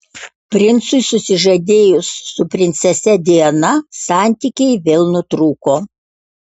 princui susižadėjus su princese diana santykiai vėl nutrūko